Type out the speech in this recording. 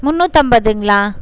முந்நூற்றம்பதுங்களா